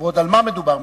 ועוד על מה מדובר?